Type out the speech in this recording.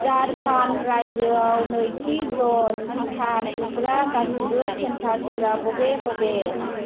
झारखन्ड रायजोआव नैथि द'ज टिका थुग्रा गासिबो सेन्टारफोरा बबे बबे